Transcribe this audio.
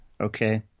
okay